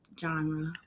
genre